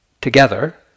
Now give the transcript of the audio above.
together